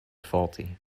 faulty